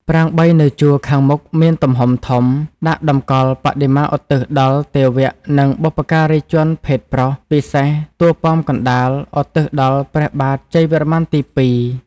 ប្រាង្គ ៣ នៅជួរខាងមុខមានទំហំធំ ដាក់តម្កល់ បដិមាឧទ្ទិសដល់ទេវៈនិងបុព្វការីជនភេទប្រុស ពិសេស តួប៉មកណ្តាល ឧទ្ទិសដល់ព្រះបាទ ជ័យវរ្ម័នទី ២ ។